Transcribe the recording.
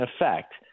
effect